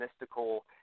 mystical